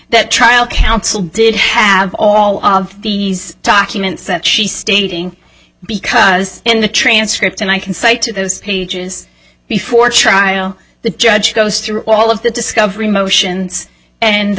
that trial counsel did have all of these documents that she stating because in the transcript and i can cite to those pages before trial the judge goes through all of the discovery motions and the